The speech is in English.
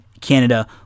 Canada